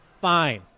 Fine